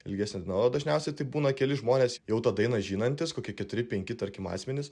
ilgesnė daina o dažniausiai tai būna keli žmonės jau tą dainą žinantys kokie keturi penki tarkim asmenys